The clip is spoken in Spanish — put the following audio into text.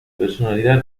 personalidad